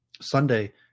Sunday